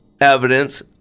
evidence